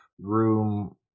room